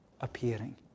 Appearing